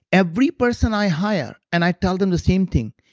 every person i hire and i tell them the same thing.